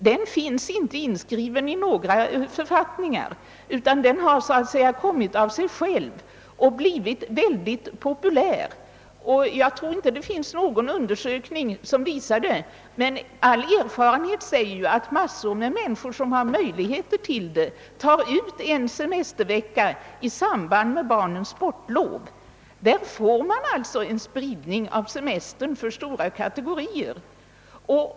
Den finns inte inskriven i någon författning, utan den har så att säga kommit av sig själv, och den har blivit mycket populär. även om det inte finns någon undersökning som visar det, så säger all erfarenhet att massor av människor, som har möjlighet därtill, tar ut en semestervecka i samband med barnens sportlov. Härigenom får man en spridning av semestern för stora kategorier.